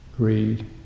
greed